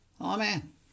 Amen